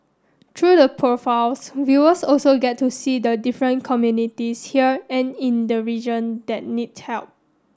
through the profiles viewers also get to see the different communities here and in the region that need help